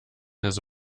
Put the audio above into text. his